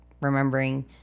remembering